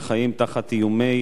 שחיים תחת איומי